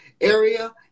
area